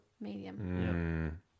Medium